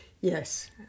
Yes